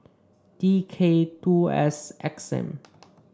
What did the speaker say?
D K two S X M